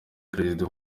perezida